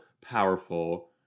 powerful